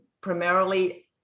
primarily